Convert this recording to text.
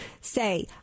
say